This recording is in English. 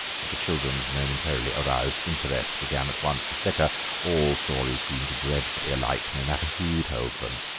the children's momentarily-aroused interest began at once to flicker all stories seemed dreadfully alike, no matter who told them.